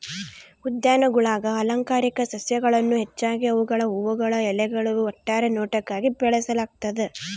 ಉದ್ಯಾನಗುಳಾಗ ಅಲಂಕಾರಿಕ ಸಸ್ಯಗಳನ್ನು ಹೆಚ್ಚಾಗಿ ಅವುಗಳ ಹೂವುಗಳು ಎಲೆಗಳು ಒಟ್ಟಾರೆ ನೋಟಕ್ಕಾಗಿ ಬೆಳೆಸಲಾಗ್ತದ